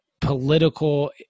political